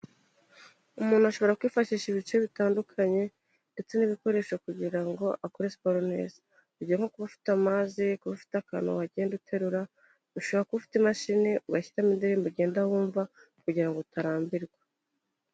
Umuntu ashobora kwifashisha ibice bitandukanye ndetse n'ibikoresho kugira ngo akore siporo neza, ujya nko kuba ufite amazi, ufite akantu wagenda uterura, ushobora kuba ufite imashini ugashyimo indirimbo ugenda wumva kugirango ngo utarambirwa.